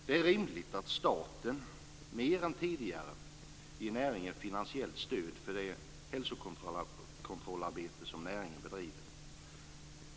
Det är rimligt att staten mer än tidigare ger näringen finansiellt stöd för det arbete med hälsokontroller som näringen bedriver.